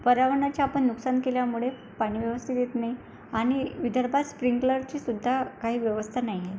पर्यावरणाचे आपण नुकसान केल्यामुळे पाणी व्यवस्थित येत नाही आणि विदर्भात स्प्रिंकलरचीसुद्धा काही व्यवस्था नाही आहे